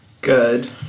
Good